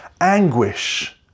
anguish